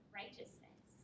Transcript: righteousness